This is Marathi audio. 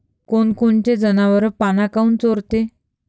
कोनकोनचे जनावरं पाना काऊन चोरते?